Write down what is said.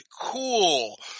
cool